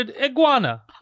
iguana